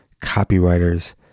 copywriters